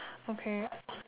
okay